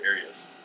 areas